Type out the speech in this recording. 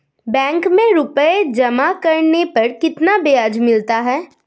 Bank में रुपये जमा करने पर कितना ब्याज मिलता है?